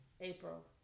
April